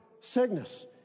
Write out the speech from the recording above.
sickness